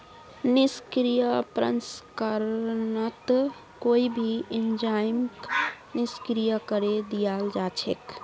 निष्क्रिय प्रसंस्करणत कोई भी एंजाइमक निष्क्रिय करे दियाल जा छेक